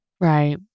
Right